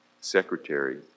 Secretary